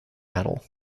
medal